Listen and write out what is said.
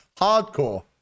hardcore